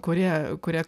kurie kurie